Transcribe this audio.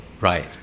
Right